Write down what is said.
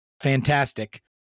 fantastic